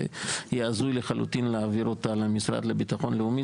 זה יהיה הזוי לחלוטין להעביר אותה למשרד לביטחון לאומי.